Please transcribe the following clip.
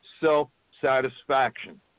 self-satisfaction